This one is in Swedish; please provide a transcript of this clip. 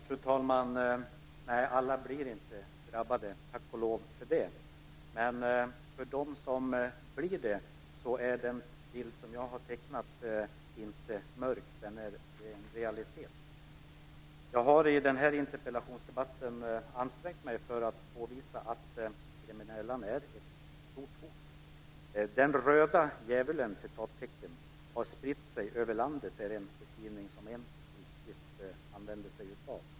Fru talman! Nej, tack och lov blir inte alla drabbade. Men för dem som drabbas är den bild som jag har tecknat inte mörk, utan den är en ren realitet. Jag har i den här interpellationsdebatten ansträngt mig för att påvisa att gremmeniellan är ett stort hot. Den "röda djävulen" har spritt sig över hela landet, står det beskrivet i en tidskrift.